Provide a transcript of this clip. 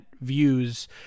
views